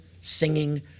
singing